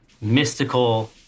mystical